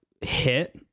hit